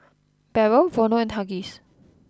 Barrel Vono and Huggies